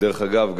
דרך אגב,